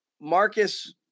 Marcus